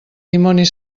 dimoni